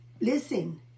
Listen